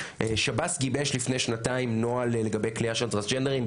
שב"ס גיבש לפני שנתיים נוהל לגבי כליאה של טרנסג'נדרים,